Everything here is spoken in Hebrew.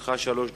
לרשותך שלוש דקות.